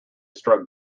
struck